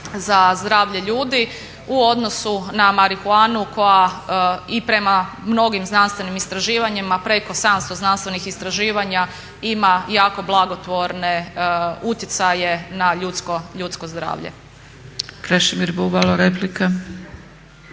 za zdravlje ljudi u odnosu na marihuanu koja i prema mnogim znanstvenim istraživanjima, preko 700 znanstvenih istraživanja ima jako blagotvorne utjecaje na ljudsko zdravlje.